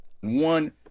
One